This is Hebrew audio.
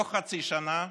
לא חצי שנה,